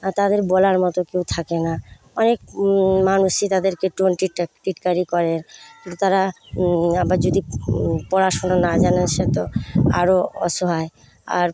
আর তাদের বলার মতো কেউ থাকে না অনেক মানুষই তাদেরকে টোন্ট টিটকারি করে তারা আবার যদি পড়াশোনা না জানে সে তো আরও অসহায় আর